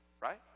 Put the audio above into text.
right